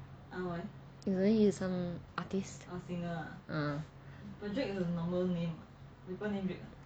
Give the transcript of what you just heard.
isn't he some artist ah